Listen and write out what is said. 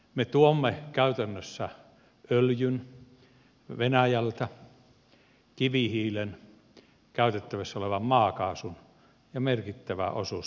me tuomme käytännössä venäjältä öljyn kivihiilen käytettävissä olevan maakaasun ja merkittävän osuuden sähköntuonnista